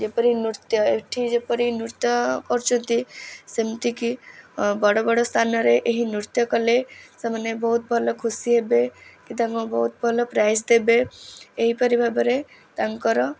ଯେପରି ନୃତ୍ୟ ଏଠି ଯେପରି ନୃତ୍ୟ କରୁଛନ୍ତି ସେମିତିକି ବଡ଼ବଡ଼ ସ୍ଥାନରେ ଏହି ନୃତ୍ୟ କଲେ ସେମାନେ ବହୁତ୍ ଭଲ ଖୁସି ହେବେ କି ତାଙ୍କୁ ବହୁତ୍ ଭଲ ପ୍ରାଇଜ୍ ଦେବେ ଏହିପରି ଭାବରେ ତାଙ୍କର